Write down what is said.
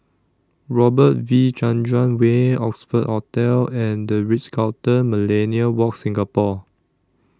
Robert V Chandran Way Oxford Hotel and The Ritz Carlton Millenia Walk Singapore